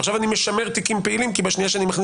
ועכשיו אני משמר תיקים פעילים כי בשנייה שאני מכניס